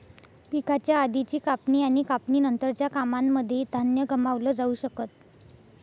पिकाच्या आधीची कापणी आणि कापणी नंतरच्या कामांनमध्ये धान्य गमावलं जाऊ शकत